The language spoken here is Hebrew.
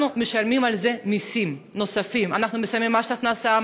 אנחנו משלמים על זה מסים נוספים: אנחנו משלמים מס הכנסה,